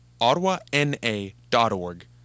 OttawaNA.org